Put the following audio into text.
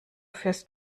fährst